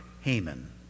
Haman